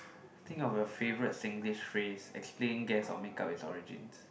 I think of your favourite Singlish phrase explain guess or make-up it's origins